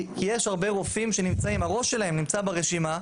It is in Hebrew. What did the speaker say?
כי יש הרבה רופאים שהראש שלהם נמצא ברשימה,